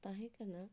ᱛᱟᱦᱮᱸ ᱠᱟᱱᱟ